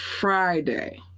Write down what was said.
Friday